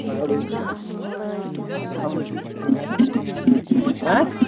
پگاہ وٲتۍزیٚو